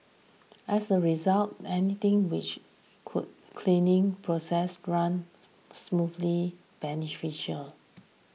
as a result anything which could cleaning process run smoothly beneficial